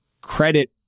credit